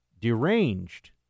deranged